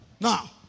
Now